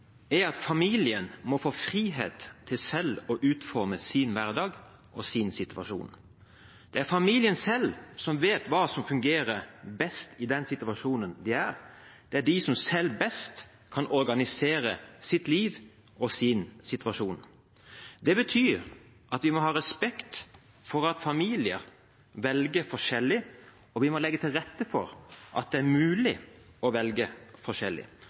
er at familien må få frihet til selv å utforme sin hverdag og sin situasjon. Det er familien selv som vet hva som fungerer best i den situasjonen de er i, og det er de som selv best kan organisere sitt liv og sin situasjon. Det betyr at vi må ha respekt for at familier velger forskjellig, og vi må legge til rette for at det er mulig å velge